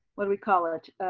what do we call it,